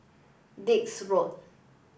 Dix Road